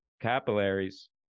capillaries